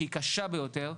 שהיא קשה ביותר,